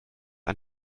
ein